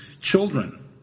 children